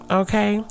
okay